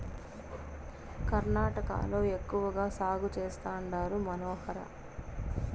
కర్ణాటకలో ఎక్కువ సాగు చేస్తండారు మనోహర